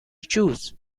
choose